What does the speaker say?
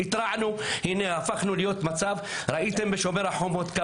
התרענו, ראיתם את זה בשומר החומות.